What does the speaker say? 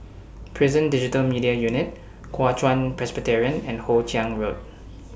Prison Digital Media Unit Kuo Chuan Presbyterian and Hoe Chiang Road